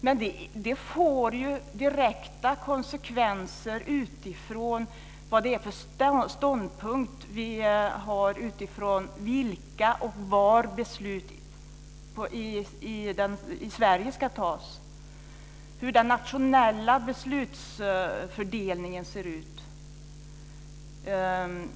Men det får ju direkta konsekvenser utifrån vilken ståndpunkt vi har när det gäller vilka beslut som ska fattas i Sverige och hur den nationella beslutsfördelningen ser ut.